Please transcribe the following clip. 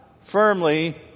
firmly